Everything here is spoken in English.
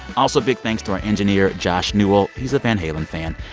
also, big thanks to our engineer josh newell. he's a van halen fan.